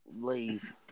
leave